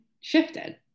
shifted